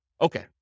Okay